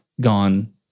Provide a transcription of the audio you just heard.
gone